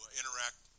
interact